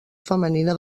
femenina